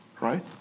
Right